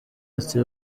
ati